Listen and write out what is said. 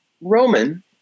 Roman